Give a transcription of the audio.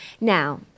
Now